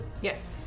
Yes